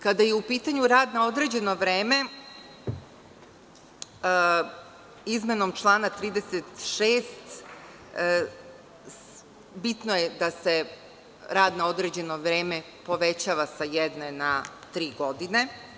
Kada je upitanju rad na određeno vreme, izmenom člana 36. bitno je da se rad na određeno vreme povećava sa jedne na tri godine.